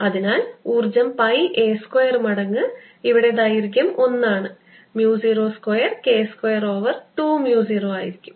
അതിനാൽ ഊർജ്ജം pi a square മടങ്ങ് ഇവിടെ ദൈർഘ്യം 1 ആണ് mu 0 square K square over 2 mu 0 ആയിരിക്കും